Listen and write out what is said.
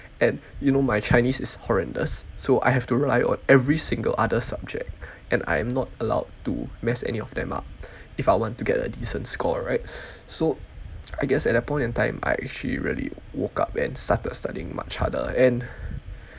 and you know my chinese is horrendous so I have to rely on every single other subject and I am not allowed to mess any of them up if I want to get a decent score right so I guess at that point in time I actually really woke up and started studying much harder and